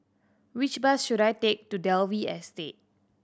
which bus should I take to Dalvey Estate